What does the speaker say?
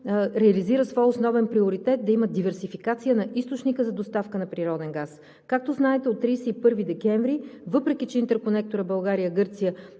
реализира своя основен приоритет – да има диверсификация на източника за доставка на природен газ. Както знаете, от 31 декември, въпреки че интерконекторът „България – Гърция“